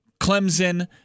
Clemson